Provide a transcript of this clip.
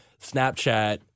Snapchat